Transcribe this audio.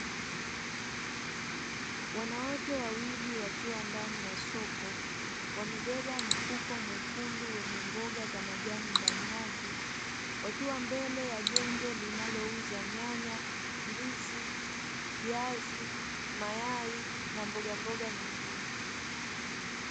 Wanawake wawili wakiwa ndani ya soko wamebeba mfuko mwekudu wenye mboga ndani yake, wakiwa mbele ya genge linalouza nyanya, ndizi, viazi, mayai na mbogamboga nyingine.